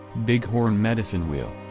bighorn medicine wheel.